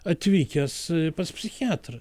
atvykęs pas psichiatrą